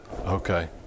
Okay